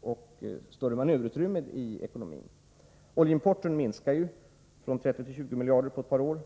och ett större manöverutrymme i ekonomin. Oljeimporten minskade ju från 30 till 20 miljarder på ett par år.